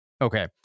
Okay